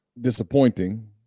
disappointing